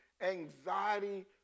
Anxiety